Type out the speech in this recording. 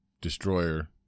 destroyer